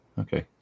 Okay